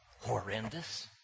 horrendous